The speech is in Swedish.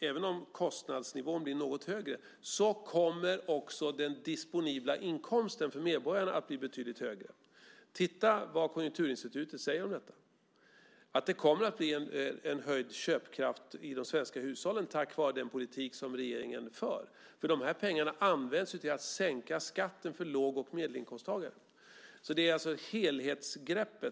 Även om kostnadsnivån blir något högre, kommer också den disponibla inkomsten för medborgarna att bli betydligt högre. Titta vad Konjunkturinstitutet säger om detta! Det kommer att bli en höjd köpkraft för de svenska hushållen tack vare den politik som regeringen för. De här pengarna används ju till att sänka skatten för låg och medelinkomsttagare. Det handlar alltså om helhetsgreppet.